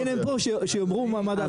הנה הם פה, שיאמרו מה דעתם.